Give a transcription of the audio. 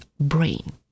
brain